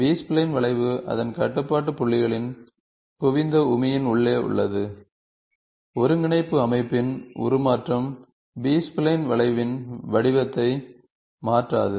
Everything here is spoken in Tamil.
பி ஸ்பைலைன் வளைவு அதன் கட்டுப்பாட்டு புள்ளிகளின் குவிந்த உமியின் உள்ளே உள்ளது ஒருங்கிணைப்பு அமைப்பின் உருமாற்றம் பி ஸ்பைலைன் வளைவின் வடிவத்தை மாற்றாது